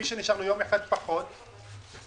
(היו"ר משה